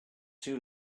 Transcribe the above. too